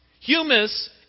Humus